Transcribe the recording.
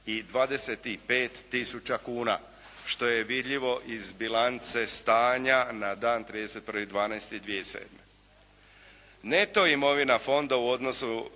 i 25 tisuća kuna što je vidljivo iz bilance stanja na dan 31.12.2007. Neto imovina fonda u odnosu